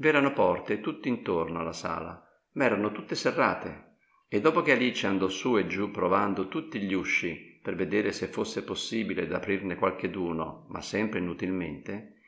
v'erano porte tutt'intorno alla sala ma erano tutte serrate e dopo che alice andò su e giù provando tutti gli usci per vedere se fosse possibile d'aprirne qualcheduno ma sempre inutilmente